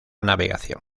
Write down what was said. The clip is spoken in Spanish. navegación